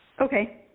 Okay